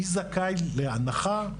מי זכאי להנחה,